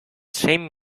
same